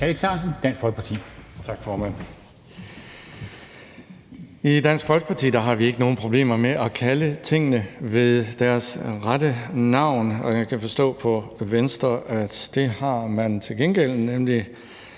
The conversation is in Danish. I Dansk Folkeparti har vi ikke nogen problemer med at kalde tingene ved deres rette navn. Jeg kan forstå på Venstre, at det har man til gengæld